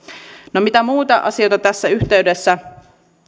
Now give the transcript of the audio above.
no mitä muita asioita tässä yhteydessä